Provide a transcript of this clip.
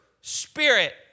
spirit